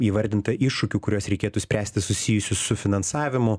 įvardinta iššūkių kuriuos reikėtų spręsti susijusių su finansavimu